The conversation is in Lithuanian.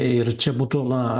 ir čia būtų na